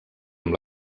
amb